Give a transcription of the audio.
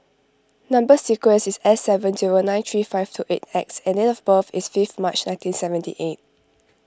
Number Sequence is S seven zero nine three five two eight X and date of birth is fifth March nineteen seventy eight